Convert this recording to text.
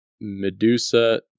Medusa